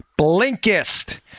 Blinkist